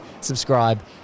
subscribe